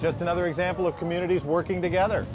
just another example of communities working together